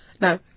No